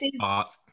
art